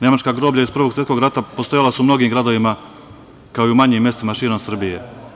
Nemačka groblja iz Prvog svetskog rata postojala su mnogim gradovima, kao i u manjim mestima širom Srbije.